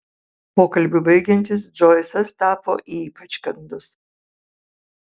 pokalbiui baigiantis džoisas tapo ypač kandus